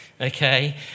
Okay